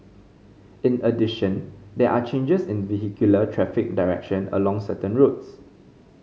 in addition there are changes in the vehicular traffic direction along certain roads